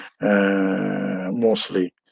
mostly